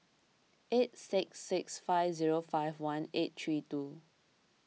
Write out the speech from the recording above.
eight six six five zero five one eight three two